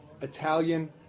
Italian